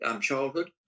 childhood